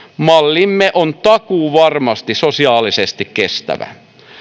mallimme on takuuvarmasti sosiaalisesti kestävä